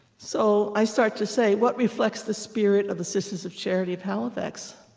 so i start to say, what reflects the spirit of the sisters of charity of halifax?